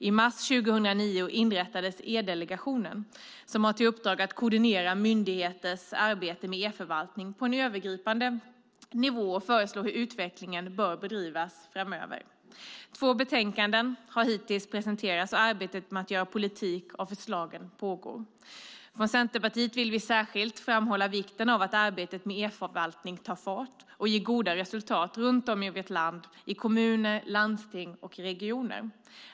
I mars 2009 inrättades E-delegationen som har till uppdrag att koordinera myndigheternas arbete med e-förvaltning på en övergripande nivå och att föreslå hur utvecklingen bör bedrivas framöver. Två betänkanden har hittills presenterats, och arbetet med att göra politik av förslagen pågår. Från Centerpartiet vill vi särskilt framhålla vikten av att arbetet med e-förvaltning tar fart och ger goda resultat runt om i vårt land, i kommuner, landsting och regioner.